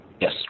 Yes